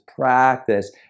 practice